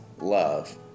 love